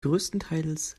größtenteils